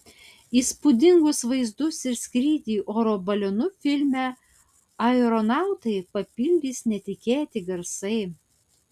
įspūdingus vaizdus ir skrydį oro balionu filme aeronautai papildys netikėti garsai